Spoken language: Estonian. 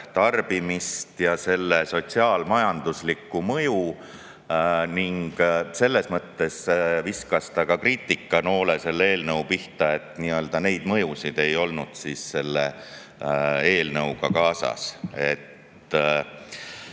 tarbimist ja selle sotsiaal-majanduslikku mõju. Selles mõttes viskas ta kriitikanoole ka selle eelnõu pihta – neid mõjusid ei olnud selle eelnõuga kaasas. Ja